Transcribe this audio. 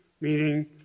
meaning